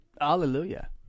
hallelujah